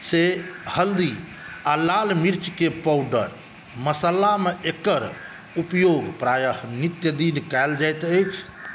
से हल्दी आ लाल मिर्चके पावडर मसालामे एकर उपयोग प्रायः नितदिन कयल जाइत अछि